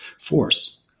force